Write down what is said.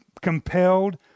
compelled